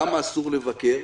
למה אסור לבקר.